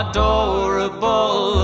Adorable